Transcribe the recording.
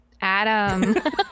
Adam